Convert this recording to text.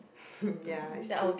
ya it's true